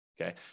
okay